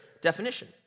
definition